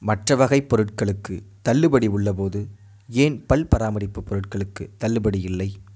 மற்ற வகைப் பொருட்களுக்குத் தள்ளுபடி உள்ளபோது ஏன் பல் பராமரிப்பு பொருட்களுக்குத் தள்ளுபடி இல்லை